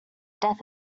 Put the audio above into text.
death